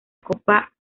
copa